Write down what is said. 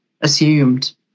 assumed